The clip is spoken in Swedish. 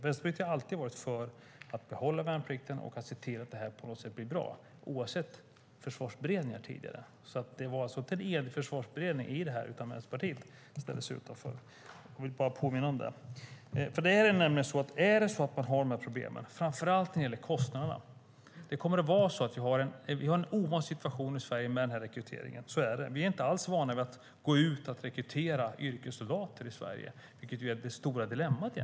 Vänsterpartiet har alltid varit för att behålla värnplikten och se till att det på något sätt blir bra, oavsett försvarsberedningar tidigare. Det var alltså inte en enig försvarsberedning i det här, utan Vänsterpartiet ställde sig utanför. Jag vill bara påminna om det. Man har problem framför allt när det gäller kostnaderna. Vi har en ovanlig situation i Sverige med den här rekryteringen. Så är det. Vi är inte alls vana vid att gå ut och rekrytera yrkessoldater i Sverige, vilket egentligen är det stora dilemmat.